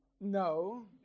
No